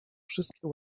wszystkie